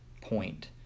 point